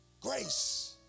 Grace